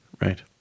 right